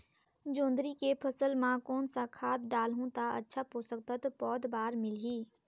जोंदरी के फसल मां कोन सा खाद डालहु ता अच्छा पोषक तत्व पौध बार मिलही?